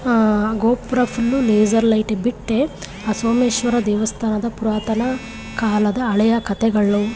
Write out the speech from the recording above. ಆ ಗೋಪುರ full laser ಲೈಟೇ ಬಿಟ್ಟರೆ ಆ ಸೋಮೇಶ್ವರ ದೇವಸ್ಥಾನದ ಪುರಾತನ ಕಾಲದ ಹಳೆಯ ಕತೆಗಳು